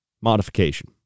modification